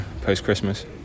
post-Christmas